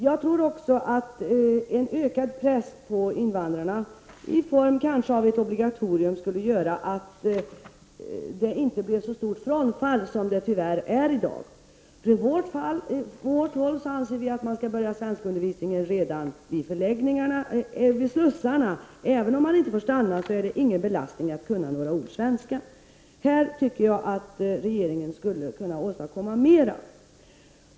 Jag tror också att en ökad press på invandrarna, kanske i form av ett obligatorium, skulle göra att inte lika många som i dag hoppade av från denna undervisning. Vi anser nämligen att svenskundervisningen skall påbörjas redan vid slussarna. Även om de asylsökande inte får stanna i Sverige, är det inte någon belastning att kunna några ord svenska. Jag tycker att regeringen i detta sammanhang skulle kunna åstadkomma mer.